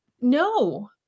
No